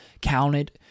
counted